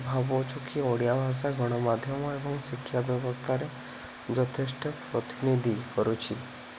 ଭାବୁଛୁ କିି ଓଡ଼ିଆ ଭାଷା ଗଣମାଧ୍ୟମ ଏବଂ ଶିକ୍ଷା ବ୍ୟବସ୍ଥାରେ ଯଥେଷ୍ଟ ପ୍ରତିନିଧି କରୁଛି